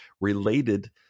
related